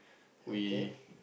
okay